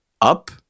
up